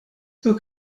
book